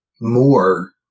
more